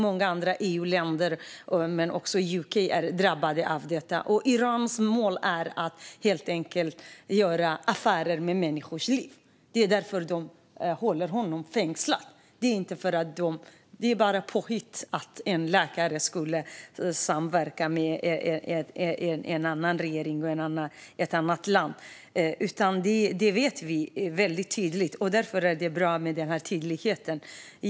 Många andra EU-länder men också UK är drabbade. Irans mål är helt enkelt att göra affärer med människors liv. Det är därför de håller honom fängslad. Det är bara påhitt att en läkare skulle samverka med en annan regering och ett annat land. Det vet vi. Därför är det bra med den här tydligheten.